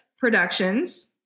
productions